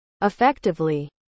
effectively